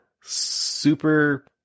super